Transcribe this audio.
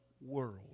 world